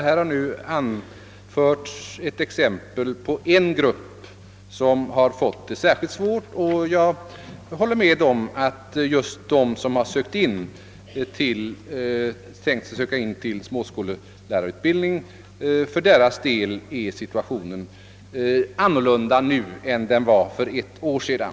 Herr Söderström har anfört ett exempel på en grupp studerande som fått det särskilt besvärligt, och jag håller med om att för just dem som tänkt sig småskollärarutbildning är si tuationen nu en annan än den var för ett år sedan.